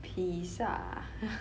pizza